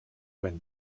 when